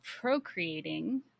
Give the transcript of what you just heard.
procreating